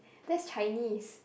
that's Chinese